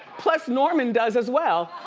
plus norman does as well,